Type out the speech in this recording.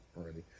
already